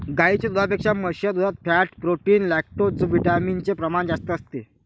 गाईच्या दुधापेक्षा म्हशीच्या दुधात फॅट, प्रोटीन, लैक्टोजविटामिन चे प्रमाण जास्त असते